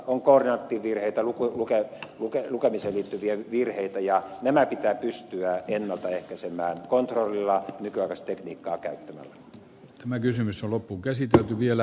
on koordinaattivirheitä lukemiseen liittyviä virheitä ja nämä pitää pystyä ennalta ehkäisemään kontrollilla nykyaikaista tekniikkaa käyttämällä